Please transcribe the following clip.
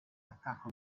attacco